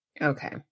Okay